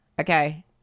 Okay